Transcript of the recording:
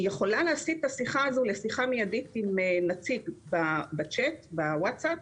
לשיחה מיידית עם נציג בצ'ט, בווצאפ,